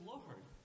Lord